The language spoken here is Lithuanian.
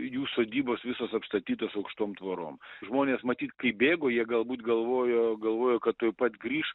jų sodybos visos apstatytos aukštom tvorom žmonės matyt kai bėgo jie galbūt galvojo galvojo kad tuoj pat grįš